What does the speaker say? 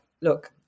look